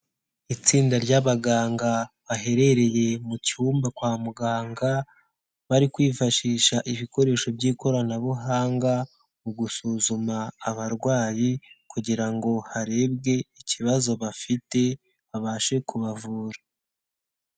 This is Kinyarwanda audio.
Itsinda ry'abaganga baherereye mu cyumba kwa muganga, bari kwifashisha ibikoresho by'ikoranabuhanga, mu gusuzuma abarwayi, kugira ngo harebwe ikibazo bafite babashe kubavura.